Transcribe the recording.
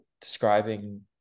describing